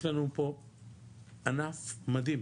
יש לנו פה ענף מדהים